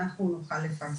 אנחנו נוכל לפרסם.